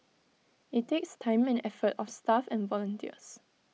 IT takes time and effort of staff and volunteers